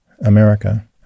America